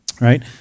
Right